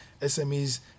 SMEs